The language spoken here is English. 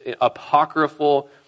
apocryphal